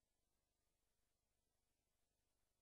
תחשוב על זה, זה רעיון טוב.